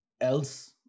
Else